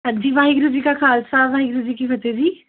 ਹਾਂਜੀ ਵਾਹਿਗੁਰੂ ਜੀ ਕਾ ਖਾਲਸਾ ਵਾਹਿਗੁਰੂ ਜੀ ਕੀ ਫਤਿਹ ਜੀ